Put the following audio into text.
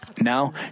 Now